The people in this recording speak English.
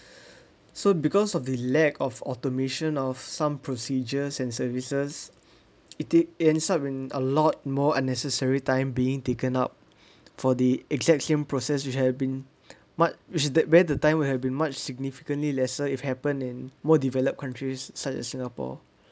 so because of the lack of automation of some procedures and services it it ends up being a lot more unnecessary time being taken up for the exact same process you have been mat~ which is where the time would have been much significantly lesser if happen in more developed countries such as singapore